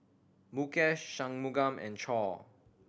Mukesh Shunmugam and Choor